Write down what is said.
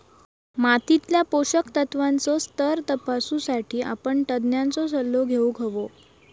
मातीतल्या पोषक तत्त्वांचो स्तर तपासुसाठी आपण तज्ञांचो सल्लो घेउक हवो